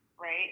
right